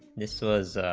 this was